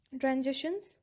transitions